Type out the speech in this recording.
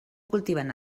cultiven